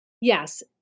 Yes